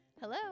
Hello